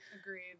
agreed